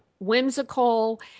Whimsical